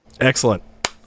Excellent